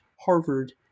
Harvard